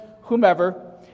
whomever